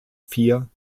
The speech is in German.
vier